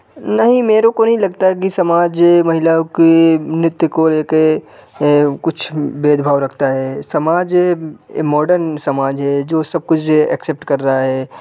नहीं मेरे को नहीं लगता कि समाज महिलाओं के नृत्य को ले के कुछ भेद भाव रखता है समाज मॉडर्न समाज है जो सब कुछ एक्सेप्ट रहा है